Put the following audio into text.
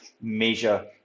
measure